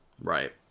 Right